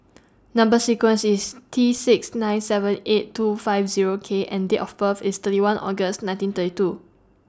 Number sequence IS T six nine seven eight two five Zero K and Date of birth IS thirty one August nineteen thirty two